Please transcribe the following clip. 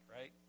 right